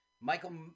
Michael